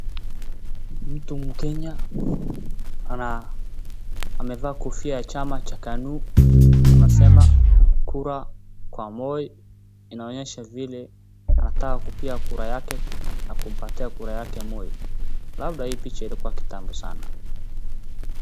Mtu mkenya amevaa kofia cha chama cha KANU anasema kura kwa Moi, inaonyesha vile anataka kupea kura yake na kumpatia kura yake Moi labda hii picha ilikuwa kitambo sana.